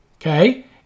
Okay